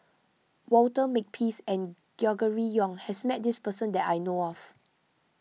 Walter Makepeace and Gregory Yong has met this person that I know of